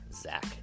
Zach